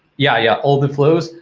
yeah yeah, all the flows.